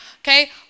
okay